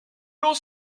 long